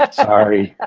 but sorry.